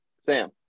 Sam